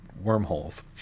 wormholes